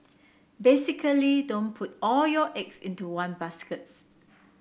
basically don't put all your eggs into one baskets